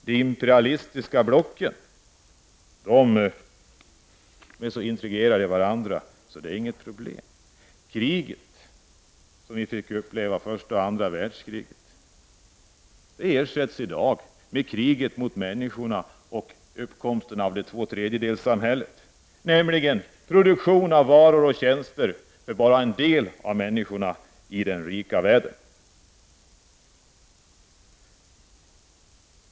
De imperialistiska blocken är så integrerade med varandra att det inte är något problem. Världskrigen ersätts i dag av kriget mot människorna och uppkomsten av tvåtredjedelssamhället, där produktion av varor och tjänster genomförs för bara en liten del av människorna i den rika världen.